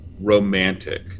romantic